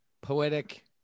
poetic